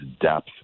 depth